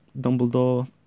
Dumbledore